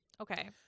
Okay